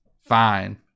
fine